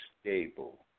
stable